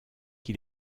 qui